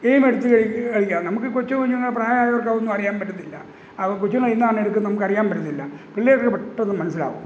ഗെയിമെടുത്തു കഴി കളിക്കുക നമുക്ക് കൊച്ചു കുഞ്ഞുങ്ങൾ പ്രായമായവർക്ക് അതൊന്നും അറിയാൻ പറ്റത്തില്ല അപ്പോൾ കൊച്ചുങ്ങൾ എന്താണ് എടുക്കുന്നത് നമുക്ക് അറിയാൻ പറ്റത്തില്ല പിള്ളേർക്കു പെട്ടെന്നു മനസ്സിലാകും